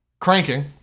cranking